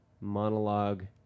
monologue